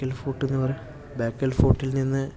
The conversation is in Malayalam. ബേക്കൽ ഫോർട്ട് എന്നുപറയാൻ ബേക്കൽ ഫൊർട്ടിൽ നിന്ന്